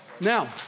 Now